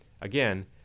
Again